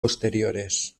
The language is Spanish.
posteriores